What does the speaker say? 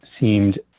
seemed